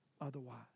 otherwise